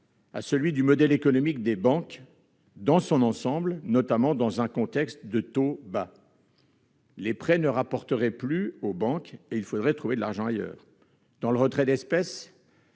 à celui du modèle économique des banques dans son ensemble, notamment dans un contexte de taux bas. Si les prêts ne rapportent plus, il faut bien trouver l'argent ailleurs. Dans le retrait d'espèces